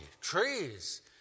trees